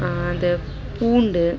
அந்த பூண்டு